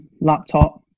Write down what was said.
laptop